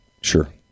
Sure